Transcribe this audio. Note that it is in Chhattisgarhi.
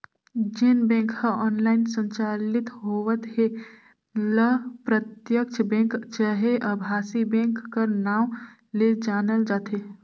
जेन बेंक ह ऑनलाईन संचालित होवत हे ल प्रत्यक्छ बेंक चहे अभासी बेंक कर नांव ले जानल जाथे